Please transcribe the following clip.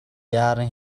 яаран